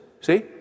See